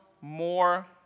more